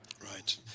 Right